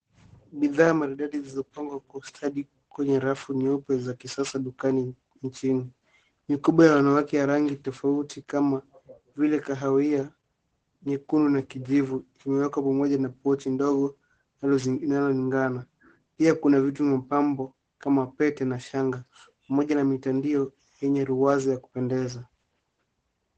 Bidhaa maridadi zilizopangwa kwa ustadi kwenye rafu nyeupe za kisasa dukani nchini ,mikoba ya wanawake ya rangi tofauti kama vile kahawia, nyekundu na kijivu vimewekwa pamoja na pochi ndogo inayoligana ,pia vitu mapambo kama pete na shanga pamoja na mitandio yenye ruwaza ya kupendeza.